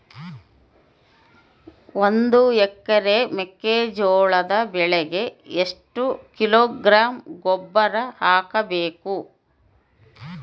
ಒಂದು ಎಕರೆ ಮೆಕ್ಕೆಜೋಳದ ಬೆಳೆಗೆ ಎಷ್ಟು ಕಿಲೋಗ್ರಾಂ ಗೊಬ್ಬರ ಹಾಕಬೇಕು?